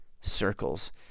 circles